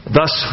thus